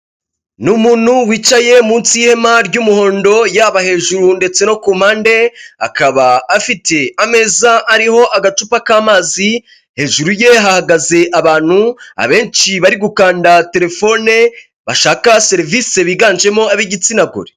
Ni umuntu wicaye munsi y'ihema ry'umuhondo, yaba hejuru ndetse no ku mpande akaba afite ameza ariho agacupa k'amazi, hejuru ye hahagaze abantu abenshi bari gukanda telefone bashaka serivisi biganjemo ab'igitsina gore.